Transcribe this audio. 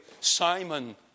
Simon